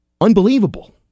Unbelievable